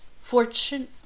Fortune